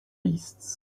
beasts